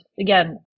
again